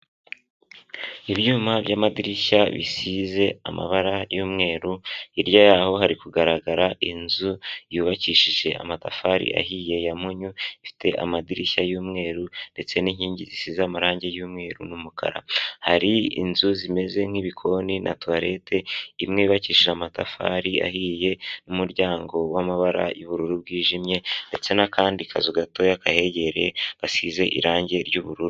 Ibyuma by'amadirishya bisize amabara y'umweru, hirya yaho hari kugaragara inzu yubakishije amatafari ahiye ya mpunnyu ifite amadirishya y'umweru ndetse n'inkingi zisize amarangi y'umweru n'umukara, hari inzu zimeze nk'ibikoni na toilette imwe yubakishije amatafari ahiye n'umuryango wamabara y'ubururu bwijimye ndetse n'akandi kazu gato kayegereye gasize irangi ry'ubururu.